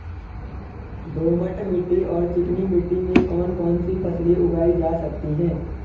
दोमट मिट्टी और चिकनी मिट्टी में कौन कौन सी फसलें उगाई जा सकती हैं?